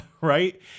Right